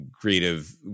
creative